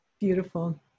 Beautiful